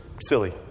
silly